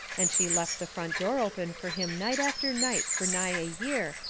and she left the front door open fur him night after night fur nigh a year,